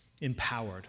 empowered